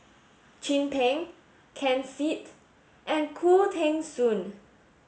Chin Peng Ken Seet and Khoo Teng Soon